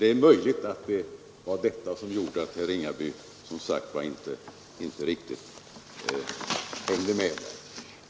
Det är möjligt att det var detta som gjorde att herr Ringaby inte riktigt hängde med.